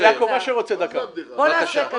מה זה הבדיחה הזו?